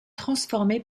transformée